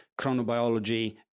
chronobiology